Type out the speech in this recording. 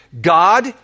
God